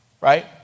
right